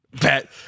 Bet